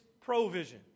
provision